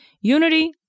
unity